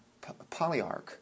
polyarch